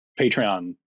Patreon